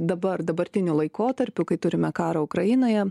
dabar dabartiniu laikotarpiu kai turime karą ukrainoje